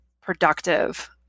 productive